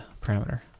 parameter